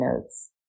notes